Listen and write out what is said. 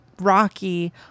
Rocky